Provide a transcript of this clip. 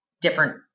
different